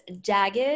jagged